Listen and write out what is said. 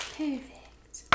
perfect